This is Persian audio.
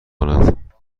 کند